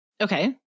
Okay